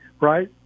right